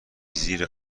زیر